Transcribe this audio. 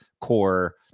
core